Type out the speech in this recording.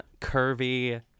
curvy